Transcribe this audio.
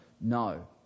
No